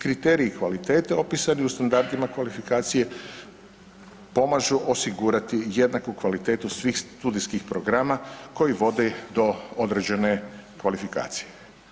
Kriterij kvalitete opisani u standardima kvalifikacije pomažu osigurati jednaku kvalitetu svih studijskih programa koji vode do određene kvalifikacije.